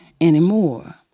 anymore